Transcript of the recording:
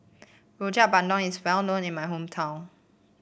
Rojak Bandung is well known in my hometown